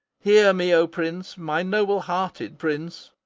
hear me, o prince, my noble-hearted prince!